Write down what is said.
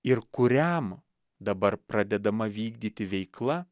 ir kuriam dabar pradedama vykdyti veikla